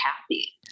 happy